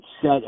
set